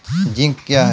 Zinc क्या हैं?